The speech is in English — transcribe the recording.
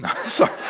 Sorry